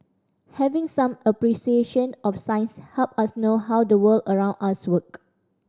having some appreciation of science help us know how the world around us work